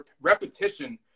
repetition